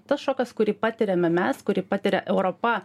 tas šokas kurį patiriame mes kurį patiria europa